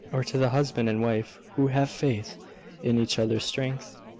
or to the husband and wife who have faith in each other's strength?